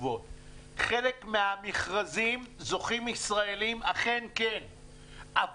בחלק מהמכרזים אכן זוכים ישראלים אבל